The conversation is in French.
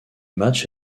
match